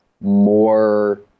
more